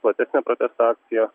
platesnė protesto akcija